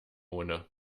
ohne